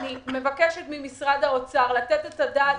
אני מבקשת ממשרד האוצר לתת את הדעת